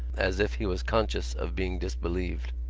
as if he was conscious of being disbelieved.